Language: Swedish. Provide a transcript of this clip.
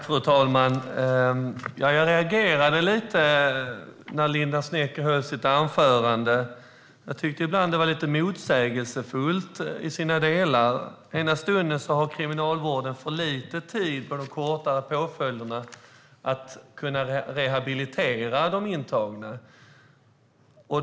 Fru talman! Jag reagerade lite när Linda Snecker höll sitt anförande. Jag tycker att det var lite motsägelsefullt i sina delar. I ena stunden har kriminalvården för lite tid att rehabilitera de intagna under de kortare påföljderna.